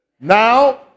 now